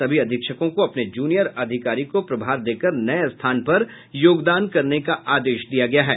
सभी अधीक्षकों को अपने जूनियर अधिकारी को प्रभार देकर नये स्थान पर योगदान करने का आदेश दिया गया है